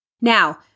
Now